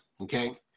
okay